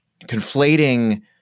conflating